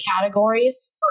categories